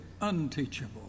unteachable